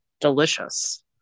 delicious